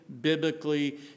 biblically